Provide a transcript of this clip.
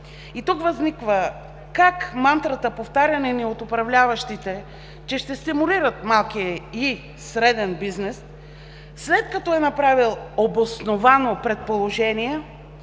Тук възниква въпросът: как мантрата, повтаряна ни от управляващите, че ще стимулират малкия и среден бизнес, след като е направил обосновано предположение,